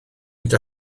fynd